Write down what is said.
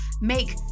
make